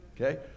Okay